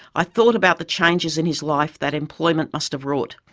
i thought about the changes in his life that employment must have wrought.